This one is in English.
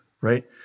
right